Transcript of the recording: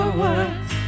words